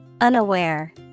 unaware